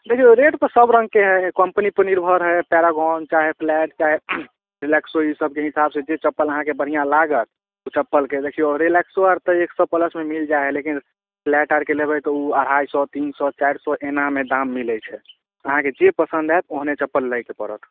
देखिऔ रेट तऽ सब रङ्गके हए कम्पनी पर निर्भर हए पैरागोन चाहे फ्लाइट चाहे रिलैक्सो ई सबके हिसाब से जे चप्पल अहाँके बढ़िआँ लागत ओ चप्पलके देखिऔ रिलैक्सो आर तऽ एक सए प्लसमे मिल जाइत हए लेकिन फ्लाइट आरके लेबै तऽ ओ अढ़ाइ सए तीन सए चारि सै एनामे दाम मिलैत छै अहाँके जे पसन्द आएत ओहने चप्पल लैके पड़त